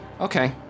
Okay